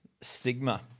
stigma